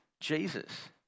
Jesus